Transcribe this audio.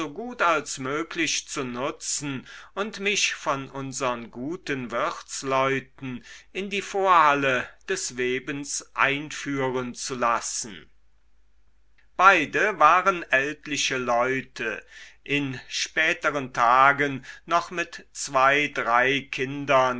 so gut als möglich zu nutzen und mich von unsern guten wirtsleuten in die vorhalle des webens einführen zu lassen beide waren ältliche leute in späteren tagen noch mit zwei drei kindern